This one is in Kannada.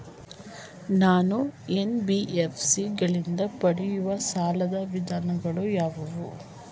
ನಾನು ಎನ್.ಬಿ.ಎಫ್.ಸಿ ಗಳಿಂದ ಪಡೆಯುವ ಸಾಲದ ವಿಧಗಳಾವುವು?